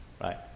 Right